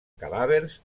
cadàvers